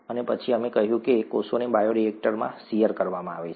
અને પછી અમે કહ્યું કે કોષોને બાયોરિએક્ટરમાં શીયર કરવામાં આવે છે